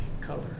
color